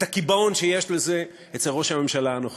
את הקיבעון שיש לזה אצל ראש הממשלה הנוכחי.